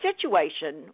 situation